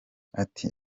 ati